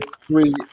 three